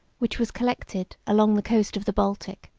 which was collected along the coast of the baltic,